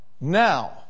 Now